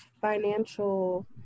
financial